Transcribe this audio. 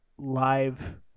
live